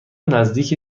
نزدیک